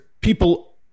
people